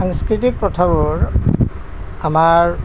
সাংস্কৃতিক প্ৰথাবোৰ আমাৰ